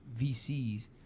VCs